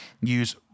use